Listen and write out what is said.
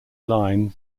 line